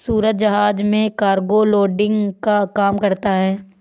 सूरज जहाज में cargo loading का काम करता है